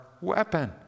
weapon